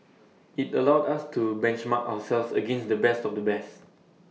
IT allowed us to benchmark ourselves against the best of the best